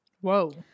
Whoa